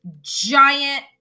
giant